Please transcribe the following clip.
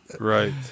Right